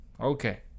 Okay